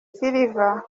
silva